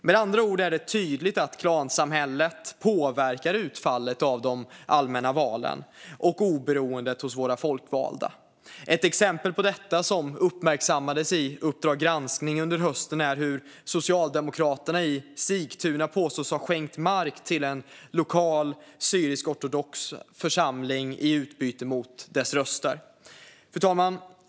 Med andra ord är det tydligt att klansamhället påverkar utfallet i de allmänna valen och oberoendet hos våra folkvalda. Ett exempel på detta som uppmärksammades i Uppdrag granskning under hösten är hur Socialdemokraterna i Sigtuna påstås ha skänkt mark till en lokal syrisk-ortodox församling i utbyte mot dess röster. Fru talman!